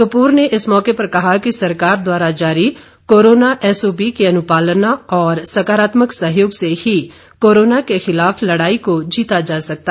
कपूर ने इस मौके पर कहा कि सरकार द्वारा जारी कोरोना एसओपी के अनुपालन और सकारात्मक सहयोग से ही कोरोना के खिलाफ लड़ाई को जीता जा सकेगा